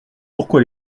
pourquoi